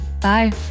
Bye